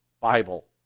Bible